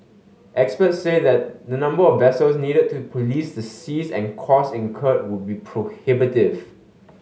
experts say that the number of vessels needed to police the seas and costs incurred would be prohibitive